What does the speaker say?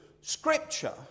Scripture